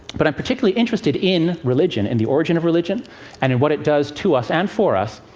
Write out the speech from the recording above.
but i'm particularly interested in religion and the origin of religion and in what it does to us and for us,